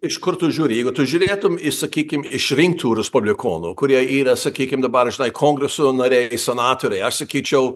iš kur tu žiūri jeigu tu žiūrėtum iš sakykim išrinktų respublikonų kurie yra sakykim dabar žinai kongreso nariai senatoriai aš sakyčiau